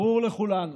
ברור לכולנו